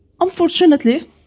Unfortunately